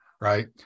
right